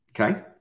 Okay